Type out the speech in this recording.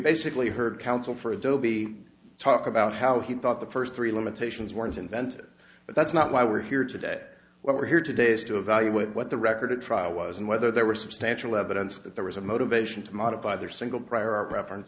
basically heard counsel for a job e talk about how he thought the first three limitations weren't invented but that's not why we're here today we're here today is to evaluate what the record of trial was and whether there was substantial evidence that there was a motivation to modify their single prior art reference